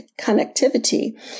connectivity